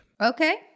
Okay